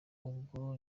ubwo